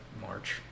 March